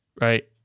right